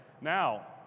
Now